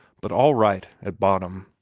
but all right at bottom.